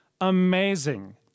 amazing